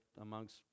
amongst